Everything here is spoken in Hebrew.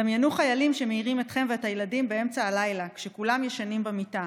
דמיינו חיילים שמעירים אתכם ואת הילדים באמצע הלילה כשכולם ישנים במיטה,